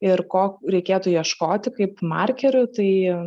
ir ko reikėtų ieškoti kaip markeriu tai